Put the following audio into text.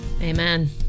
Amen